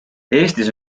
eestis